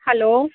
hello